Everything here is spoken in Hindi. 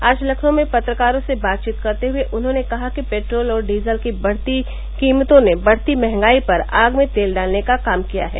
आज लखनऊ में पत्रकारों से बातचीत करते हुए उन्होंने कहा कि पेट्रोल और डीजल की बढ़ती कीमतों ने बढ़ती मंहगाई पर आग में तेल डालने का काम किया है